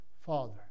Father